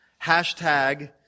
hashtag